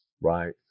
right